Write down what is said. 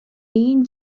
این